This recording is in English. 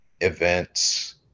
events